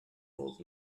old